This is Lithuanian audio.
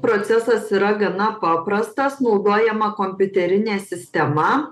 procesas yra gana paprastas naudojama kompiuterinė sistema